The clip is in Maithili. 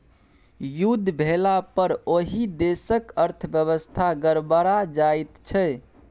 युद्ध भेलापर ओहि देशक अर्थव्यवस्था गड़बड़ा जाइत छै